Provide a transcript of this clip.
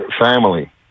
family